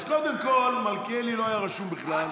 אז קודם כול, מלכיאלי לא היה רשום בכלל.